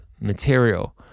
material